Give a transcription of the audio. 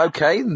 Okay